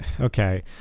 okay